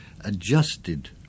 adjusted